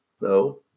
no